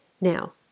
Now